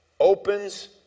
Opens